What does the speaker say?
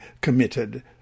committed